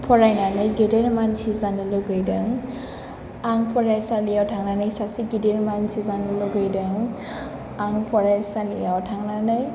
फरायनानै गेदेर मानसि जानो लुबैदों आं फरायसालियाव थांनानै सासे गिदिर मानसि जानो लुबैदों आं फरायसालियाव थांनानै